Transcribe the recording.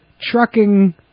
trucking